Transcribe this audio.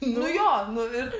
nu jo nu ir